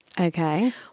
Okay